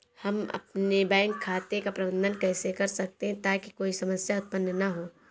हम अपने बैंक खाते का प्रबंधन कैसे कर सकते हैं ताकि कोई समस्या उत्पन्न न हो?